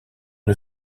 une